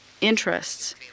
interests